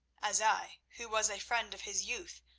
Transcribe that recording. as i, who was a friend of his youth,